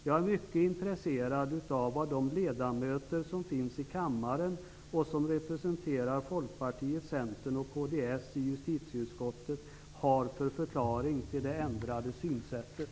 Jag är mycket intresserad av vad de ledamöter som finns i kammaren och som representerar Folkpartiet, Centern och kds i justitieutskottet har för förklaring till det ändrade synsättet.